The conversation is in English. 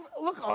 look